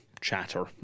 chatter